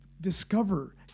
discover